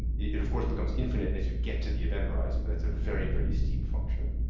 it of course becomes infinite as you get to the event horizon but that's a very, very steep function.